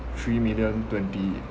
three million twenty